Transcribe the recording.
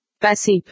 Passive